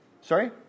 Sorry